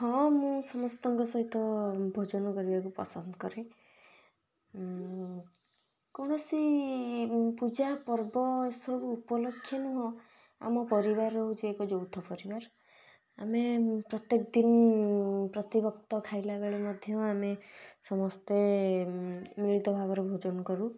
ହଁ ମୁଁ ସମସ୍ତଙ୍କ ସହିତ ଭୋଜନ କରିବାକୁ ପସନ୍ଦ କରେ କୌଣସି ପୂଜା ପର୍ବ ଏ ସବୁ ଉପଲକ୍ଷେ ନୁହେଁ ଆମ ପରିବାର ହେଉଛି ଏକ ଯୌଥ ପରିବାର ଆମେ ପ୍ରତ୍ୟେକ ଦିନ ପ୍ରତି ବକ୍ତ ଖାଇଲା ବେଳେ ମଧ୍ୟ ଆମେ ସମସ୍ତ ମିଳିତ ଭାବରେ ଭୋଜନ କରୁ